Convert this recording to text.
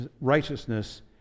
righteousness